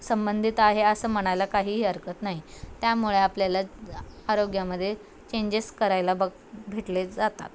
संबंधित आहे असं म्हणायला काही हरकत नाही त्यामुळे आपल्याला आरोग्यामध्ये चेंजेस करायला बघ भेटले जातात